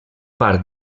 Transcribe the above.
part